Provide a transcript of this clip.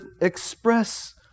express